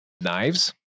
Knives